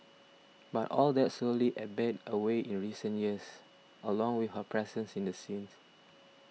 but all that slowly ebbed away in recent years along with her presence in the scene